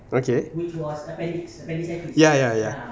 okay ya ya ya